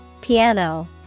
Piano